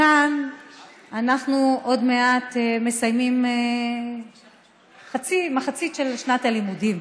אנחנו עוד מעט מסיימים מחצית של שנת הלימודים.